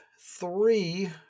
three